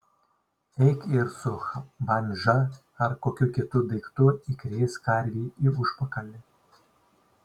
eik ir su bandža ar kokiu kitu daiktu įkrėsk karvei į užpakalį